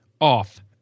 off